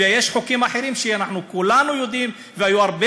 ויש חוקים אחרים שכולנו יודעים היו הרבה